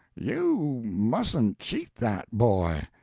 you mustn't cheat that boy.